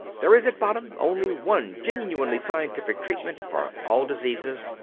there is at bottom only one genuinely scientific treatment for all diseases,